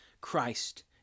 Christ